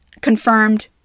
confirmed